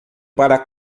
para